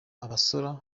abasora